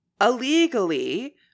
illegally